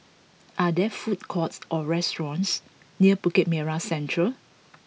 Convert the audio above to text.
are there food courts or restaurants near Bukit Merah Central